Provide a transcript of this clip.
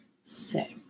six